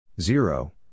Zero